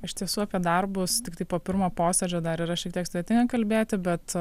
iš tiesų apie darbus tiktai po pirmo posėdžio dar yra šiek tiek sudėtinga kalbėti bet